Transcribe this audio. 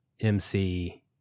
MC